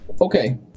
okay